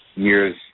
years